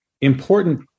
important